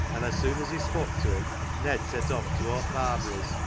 an' as soon as he spok' to him ned set off towart barbary's.